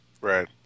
right